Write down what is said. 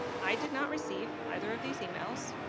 i did not receive either of these emails.